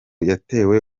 yatewe